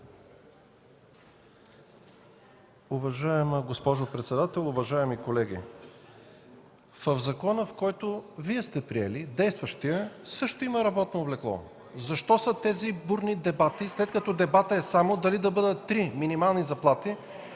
Уважаема госпожо председател, уважаеми колеги! В закона, който Вие сте приели – действащият, също има работно облекло. Защо са тези бурни дебати, след като дебатът е само дали да бъдат три минимални работни